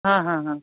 हां हां हां